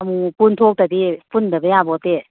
ꯑꯃꯨꯛ ꯑꯃꯨꯛ ꯄꯨꯟꯊꯣꯛꯇ꯭ꯔꯗꯤ ꯄꯨꯟꯗꯕ ꯌꯥꯄꯣꯇꯦ